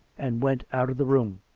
and went out of the room.